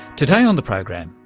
today on the program,